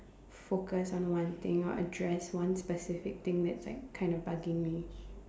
focus on one thing or address one specific thing that is like kind of bugging me